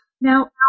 Now